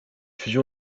fusion